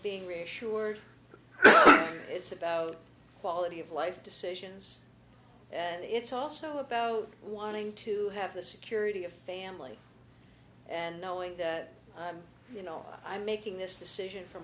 being reassured it's about quality of life decisions and it's also about wanting to have the security of family and knowing that you know i'm making this decision for